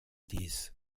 dies